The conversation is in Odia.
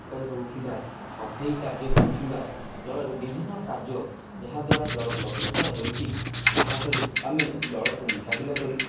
ପକାଇ ହେଉ କିମ୍ବା ସଫେଇ କାର୍ଯ୍ୟ ହେଉ କିମ୍ବା ଜଳରେ ବିଭିନ୍ନ କାର୍ଯ୍ୟ ଯାହାଦ୍ୱାରା ଜଳ ପ୍ରଦୂଷଣ ହେଉଛି ତାହାଠାରୁ ଆମେ ଜଳକୁ ମୁକାବିଲା କରି